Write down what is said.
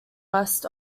west